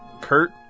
Kurt